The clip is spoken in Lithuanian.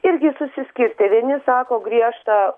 irgi susiskirstę vieni sako griežtą